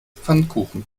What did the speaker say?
pfannkuchen